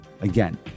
Again